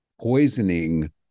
poisoning